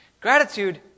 Gratitude